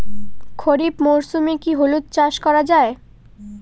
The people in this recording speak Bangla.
খরিফ মরশুমে কি হলুদ চাস করা য়ায়?